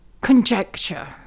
conjecture